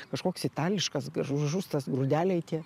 kažkoks itališkas gražus tas grūdeliai tie